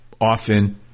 often